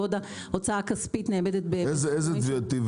בעוד ההוצאה הכספית נאמדת במספרים --- תני